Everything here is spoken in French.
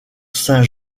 saint